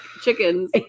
chickens